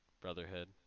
brotherhood